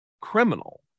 criminal